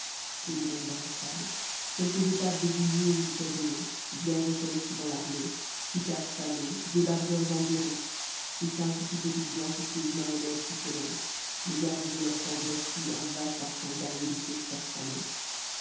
peu de monde dans la salle quelques épaves de bullier ou du casino vierges folles suivant l'armée chicards fanés débardeurs en déroute et cinq ou six petites blanchisseuses mahonnaises qui se lancent mais gardent de leur temps de vertu un vague parfum d'ail et de sauces safranées